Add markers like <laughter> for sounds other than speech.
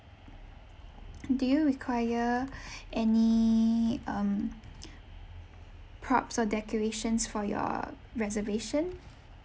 <noise> do you require any um props or decorations for your reservation